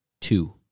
Two